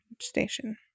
station